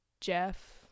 Jeff